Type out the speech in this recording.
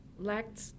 lacked